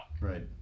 right